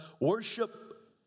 worship